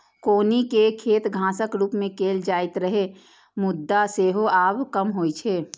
कौनी के खेती घासक रूप मे कैल जाइत रहै, मुदा सेहो आब कम होइ छै